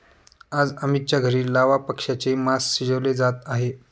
आज अमितच्या घरी लावा पक्ष्याचे मास शिजवले जात आहे